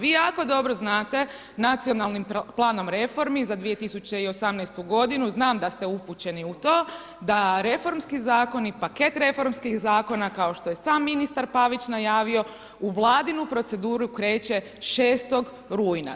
Vi jako dobro znate, nacionalnim planom reformi za 2018. znam da ste upućeni u to, da reformski zakoni, paket reformskih zakona, kao što je sam ministar Pavić najavio, u vladinu proceduru kreće 6. rujna.